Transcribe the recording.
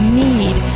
need